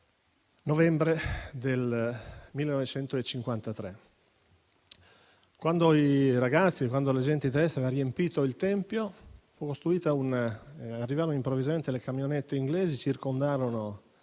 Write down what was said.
novembre 1953. Quando i ragazzi e la gente di Trieste avevano riempito il tempio, arrivarono improvvisamente le camionette inglesi che circondarono